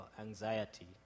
anxiety